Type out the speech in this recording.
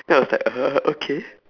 then I was like uh okay